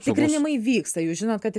tikrinimai vyksta jūs žinot kad